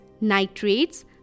nitrates